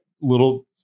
Little